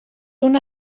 una